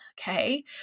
Okay